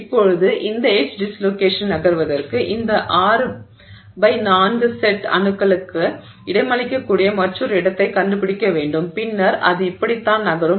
இப்போது இந்த edge dislocation நகர்வதற்கு இந்த 6 பை 4 செட் அணுக்களுக்கு இடமளிக்கக்கூடிய மற்றொரு இடத்தைக் கண்டுபிடிக்க வேண்டும் பின்னர் அது அப்படித்தான் நகரும்